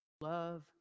love